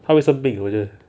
他会生病我觉得